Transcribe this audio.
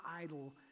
idol